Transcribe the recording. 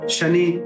Shani